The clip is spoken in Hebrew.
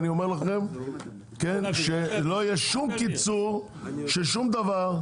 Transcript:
ואני אומר לכם שלא יהיה שום קיצור של שום דבר,